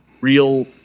real